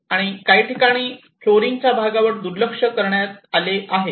काही ठिकाणी फ्लोअरिंगच्या भागावर दुर्लक्ष करण्यात आले आहे